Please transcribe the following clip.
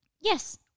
yes